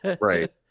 Right